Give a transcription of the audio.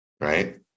right